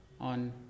on